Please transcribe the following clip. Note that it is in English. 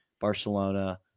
Barcelona